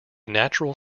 natural